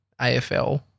AFL